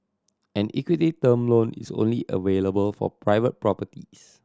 an equity term loan is only available for private properties